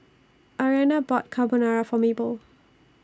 Arianna bought Carbonara For Mabel